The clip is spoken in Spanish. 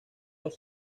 los